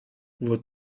vos